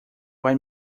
vai